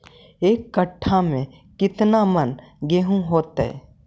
एक कट्ठा में केतना मन गेहूं होतै?